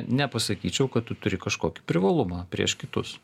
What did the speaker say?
nepasakyčiau kad tu turi kažkokį privalumą prieš kitus